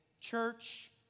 church